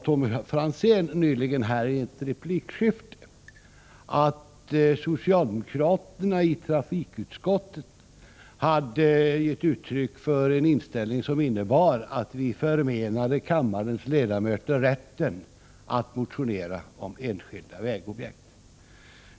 Tommy Franzén sade nyligen i ett replikskifte att socialdemokraterna i trafikutskottet hade givit uttryck för en inställning som innebar att vi förmenade kammarens ledamöter rätten att motionerna om enskilda vägobjekt.